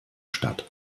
statt